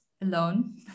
alone